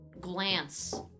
glance